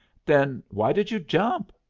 then why did you jump?